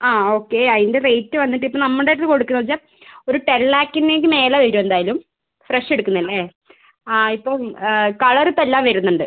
ആ ഓക്കേ അതിൻ്റെ റേറ്റ് വന്നിട്ട് ഇപ്പോൾ നമ്മുടേത് കൊടുക്കുന്നത് വെച്ചാൽ ഒരു ടെൻ ലാക്കിനേക്ക് മേലെ വരും എന്തായാലും ഫ്രഷ് എടുക്കുന്നത് അല്ലേ ആ ഇപ്പം കളർ ഇപ്പോൾ എല്ലാം വരുന്നുണ്ട്